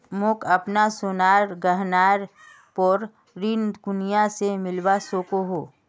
मोक अपना सोनार गहनार पोर ऋण कुनियाँ से मिलवा सको हो?